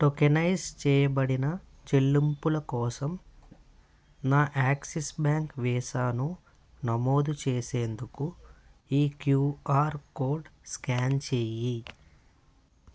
tokenise చెయ్యబడిన చెల్లింపుల కోసం నా యాక్సిస్ బ్యాంక్ వీసాను నమోదు చేసేందుకు ఈ క్యూఆర్ కోడ్ స్కాన్ చెయ్యి